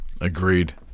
Agreed